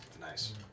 Nice